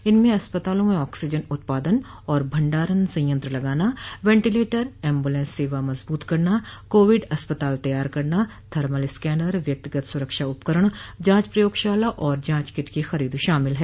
इनमें अस्पतालों में ऑक्सीजन उत्पादन और भंडारण संयंत्र लगाना वेंटिलेटर एम्ब्रलस सेवा मजबूत करना कोविड अस्पताल तैयार करना थर्मल स्कैनर व्यक्तिगत सुरक्षा उपकरण जांच प्रयोगशाला और जांच किट की खरीद शामिल है